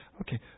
okay